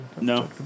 No